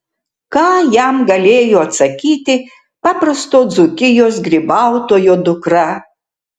ką jam galėjo atsakyti paprasto dzūkijos grybautojo dukra